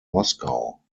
moskau